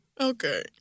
Okay